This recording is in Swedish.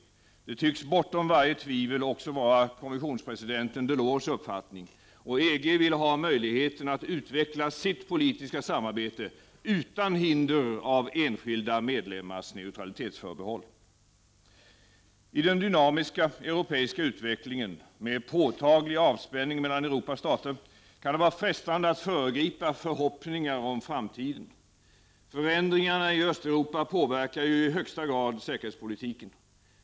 Det tycks bortom varje tvivel också vara kommissionspresidenten Delors” uppfattning. EG vill ha möjligheten att utveckla sitt politiska samarbete utan hinder av enskilda medlemmars neutralitetsförbehåll. I den dynamiska europeiska utvecklingen med påtaglig avspänning mellan Europas stater kan det vara frestande att föregripa förhoppningar om framtiden. Förändringarna i Östeuropa påverkar ju i högsta grad säkerhetspolitiken.